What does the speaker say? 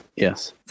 Yes